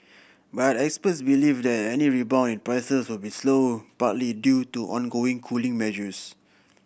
but experts believe that any rebound in prices will be slow partly due to ongoing cooling measures